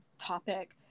topic